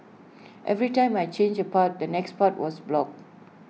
every time I changed A path the next path was blocked